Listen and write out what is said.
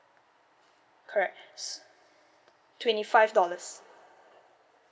correct s~ twenty five dollars